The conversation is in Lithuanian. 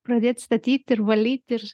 pradėt statyt ir valyt ir